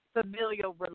familial